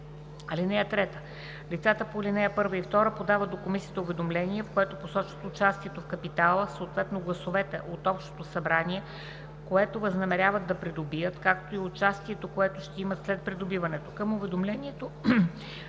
(3) Лицата по ал. 1 и 2 подават до комисията уведомление, в което посочват участието в капитала, съответно гласовете от общото събрание, което възнамеряват да придобият, както и участието, което ще имат след придобиването. Към уведомлението